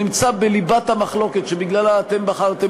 שנמצא בליבת המחלוקת שבגללה אתם בחרתם